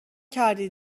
کردی